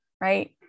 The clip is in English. Right